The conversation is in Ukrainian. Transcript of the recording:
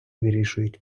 вирішують